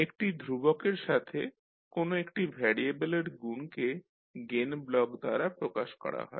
একটি ধ্রুবকের সাথে কোনো একটি ভ্যারিয়েবলের গুণকে গেইন ব্লক দ্বারা প্রকাশ করা হয়